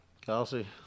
Kelsey